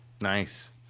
Nice